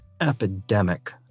epidemic